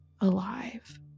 alive